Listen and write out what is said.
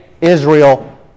Israel